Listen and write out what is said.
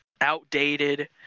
outdated